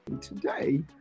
Today